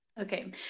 Okay